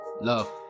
Love